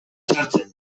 sartzen